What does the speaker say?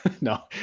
No